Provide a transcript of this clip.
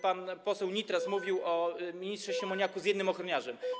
Pan poseł Nitras mówił o ministrze Siemoniaku z jednym ochroniarzem.